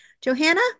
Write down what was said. Johanna